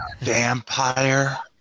vampire